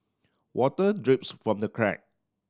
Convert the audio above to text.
water drips from the crack